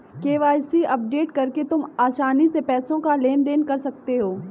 KYC update करके तुम आसानी से पैसों का लेन देन कर सकते हो